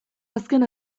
azken